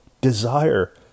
desire